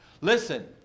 listen